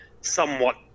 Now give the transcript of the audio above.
somewhat